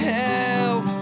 help